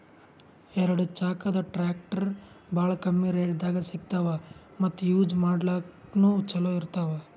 ಎರಡ ಚಾಕದ್ ಟ್ರ್ಯಾಕ್ಟರ್ ಭಾಳ್ ಕಮ್ಮಿ ರೇಟ್ದಾಗ್ ಸಿಗ್ತವ್ ಮತ್ತ್ ಯೂಜ್ ಮಾಡ್ಲಾಕ್ನು ಛಲೋ ಇರ್ತವ್